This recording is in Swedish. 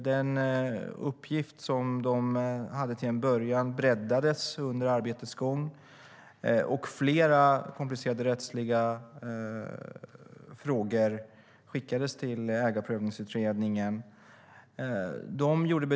Den uppgift som utredningen hade till en början breddades under arbetets gång, och flera komplicerade rättsliga frågor skickades till Ägarprövningsutredningen.